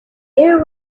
air